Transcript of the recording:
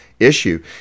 issue